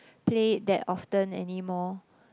play it that often anymore